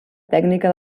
tècnica